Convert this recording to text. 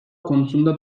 konusunda